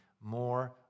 more